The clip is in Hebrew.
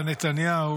הגיוס,